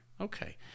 Okay